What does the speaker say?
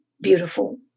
beautiful